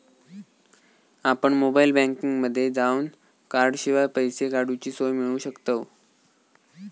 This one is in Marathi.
आपण मोबाईल बँकिंगमध्ये जावन कॉर्डशिवाय पैसे काडूची सोय मिळवू शकतव